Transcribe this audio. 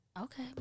Okay